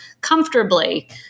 comfortably